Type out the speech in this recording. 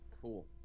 Cool